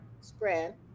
spread